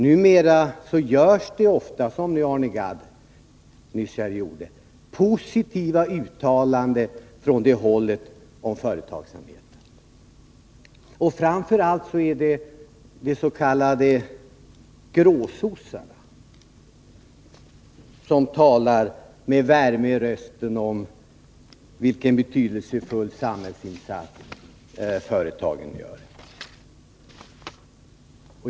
Numera görs det ofta — som av Arne Gadd nyss — positiva uttalanden från det hållet om företagsamheten. Framför allt de s.k. gråsossarna talar med värme i rösten om vilken betydelsefull samhällsinsats företagen gör.